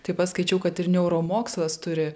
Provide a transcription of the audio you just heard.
taip pat skaičiau kad ir neuromokslas turi